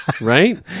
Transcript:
Right